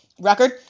record